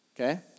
Okay